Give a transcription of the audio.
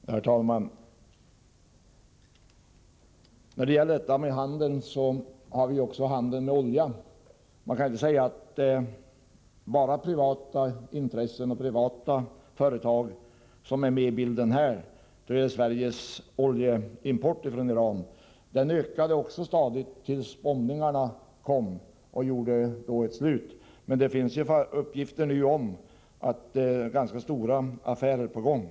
Herr talman! Jag vill anknyta till frågan om handeln. Vi har i det sammanhanget också handeln med olja. Man kan inte säga att det där bara är privata intressen och privata företag som är med i bilden. Också Sveriges import av olja från Iran ökade stadigt tills den avbröts på grund av att bombningarna började. Men det finns nu uppgifter om att ganska stora affärer är på gång.